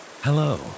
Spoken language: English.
hello